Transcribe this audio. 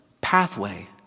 pathway